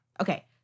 Okay